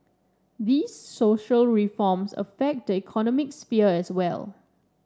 these social reforms affect the economic sphere as well